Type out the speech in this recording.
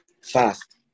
Fast